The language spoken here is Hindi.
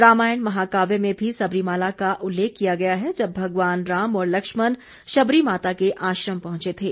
रामायण महाकाव्य में भी संबरीमाला का उल्लेख किया गया है जब भगवान राम और लक्ष्मण शबरी माता के आश्रम पहंचे थे